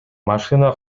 машина